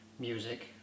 music